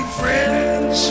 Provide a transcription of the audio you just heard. friends